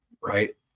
right